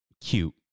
cute